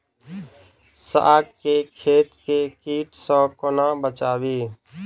साग केँ खेत केँ कीट सऽ कोना बचाबी?